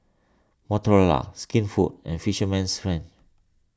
Motorola Skinfood and Fisherman's Friend